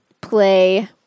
Play